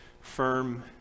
firm